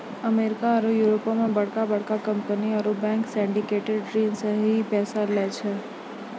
America आरु यूरोपो मे बड़का बड़का कंपनी आरु बैंक सिंडिकेटेड ऋण से सेहो पैसा लै छै